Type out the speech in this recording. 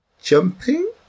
jumping